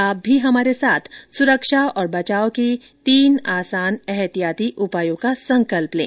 आप भी हमारे साथ सुरक्षा और बचाव के तीन आसान एहतियाती उपायों का संकल्प लें